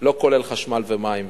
לא כולל חשמל ומים וכאלה.